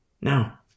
Now